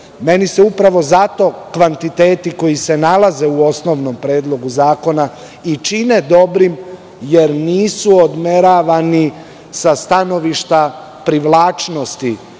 Meni se upravo zato kvantiteti koji se nalaze u osnovnom Predlogu zakona i čine dobrim jer nisu odmeravani sa stanovišta privlačnosti